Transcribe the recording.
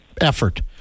effort